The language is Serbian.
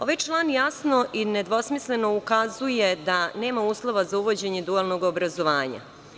Ovaj član jasno i nedvosmisleno ukazuje da nema uslova za uvođenje dualnog obrazovanja.